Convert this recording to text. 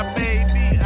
baby